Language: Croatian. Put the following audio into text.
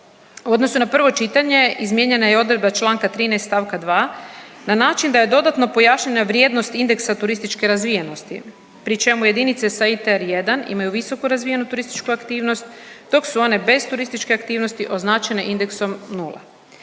U odnosu na prvo čitanje, izmijenjena je odredba čl. 13 st. 2 na način da je dodatno pojašnjena vrijednost indeksa turističke razvijenosti, pri čemu jedinice sa ITR 1 imaju visoku razvijenu turističku aktivnost, dok su one bez turističke razvijenosti označene indeksom 0.